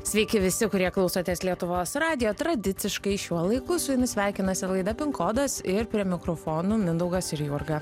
sveiki visi kurie klausotės lietuvos radijo tradiciškai šiuo laiku su jumis sveikinasi laida pinkodas ir prie mikrofonų mindaugas ir jurga